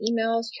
emails